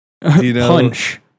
punch